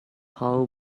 how